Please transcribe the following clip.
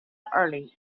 early